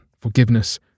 forgiveness